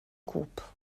groupe